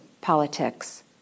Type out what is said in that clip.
politics